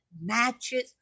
matches